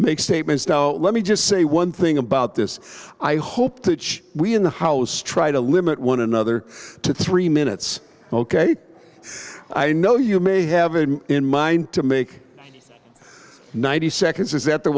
make statements let me just say one thing about this i hope to each we in the house try to limit one another to three minutes ok i know you may have in mind to make ninety seconds